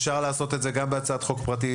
אפשר לעשות את זה גם בהצעת חוק פרטית,